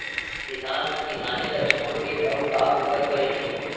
किसान ह किसानी ल छोड़ के अउ का बूता करही